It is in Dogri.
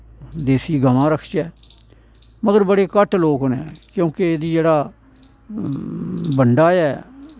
देसी गमां रखचै मगर बड़े घट्ट लोग नै क्युंकि एह्दी जेह्ड़ा बंडा ऐ